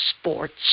sports